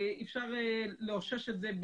אפשר לאשש את זה,